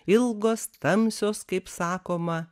ilgos tamsios kaip sakoma